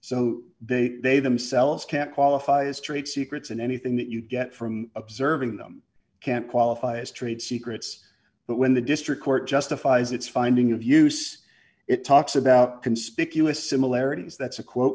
so they they themselves can't qualify as trade secrets and anything that you get from observing them can't qualify as trade secrets but when the district court justifies its finding of use it talks about conspicuous similarities that's a quote